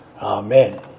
Amen